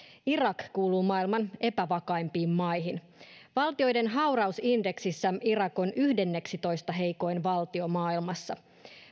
irak kuuluu maailman epävakaimpiin maihin valtioiden haurausindeksissä irak on yhdenneksitoista heikoin valtio maailmassa